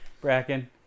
Bracken